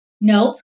Nope